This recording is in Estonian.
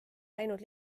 läinud